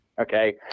okay